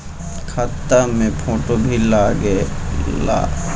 खाता मे फोटो भी लागे ला?